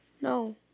No